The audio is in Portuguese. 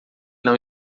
não